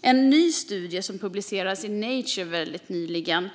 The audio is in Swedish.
En ny studie som nyligen publicerades i Nature